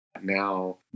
now